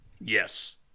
Yes